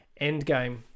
Endgame